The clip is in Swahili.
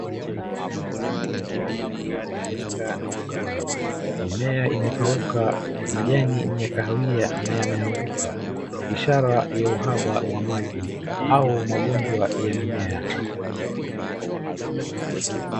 Shamba la mahindi yameadhirika na ukame. Mimea imekauka, majani ya kahawia na yameanguka ishara ya uhaba wa maji au magonjwa ya mimea.